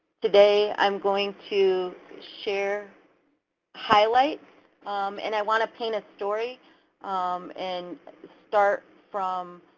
today i'm going to share highlights and i want to paint a story and start from